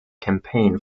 campaign